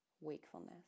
wakefulness